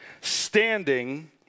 standing